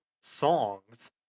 songs